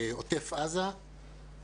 בעוטף עזה,